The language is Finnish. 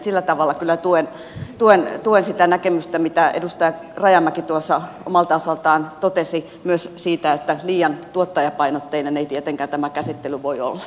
sillä tavalla kyllä tuen sitä näkemystä mitä myös edustaja rajamäki omalta osaltaan totesi siitä että liian tuottajapainotteinen ei tietenkään tämä käsittely voi olla